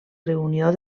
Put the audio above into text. reunió